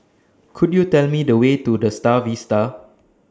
Could YOU Tell Me The Way to The STAR Vista